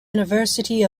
university